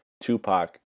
Tupac